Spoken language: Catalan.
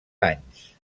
anys